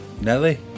Nelly